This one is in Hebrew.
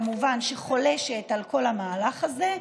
שכמובן חולשת על כל המהלך הזה,